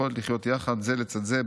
ביכולת לחיות יחד זה לצד זה,